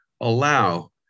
allow